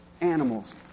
animals